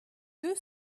deux